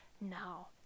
now